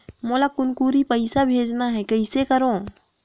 मोला कुनकुरी पइसा भेजना हैं, कइसे करो?